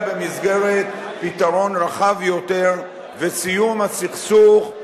במסגרת פתרון רחב יותר וסיום הסכסוך.